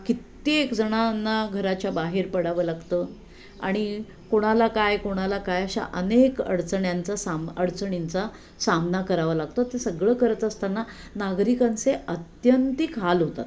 कित्येक जणांना घराच्या बाहेर पडावं लागतं आणि कोणाला काय कोणाला काय अशा अनेक अडचण्याचा साम अडचणींचा सामना करावा लागतो ते सगळं करत असताना नागरिकांचे आत्यंतिक हाल होतात